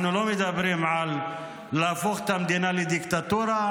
אנחנו לא מדברים על להפוך את המדינה לדיקטטורה,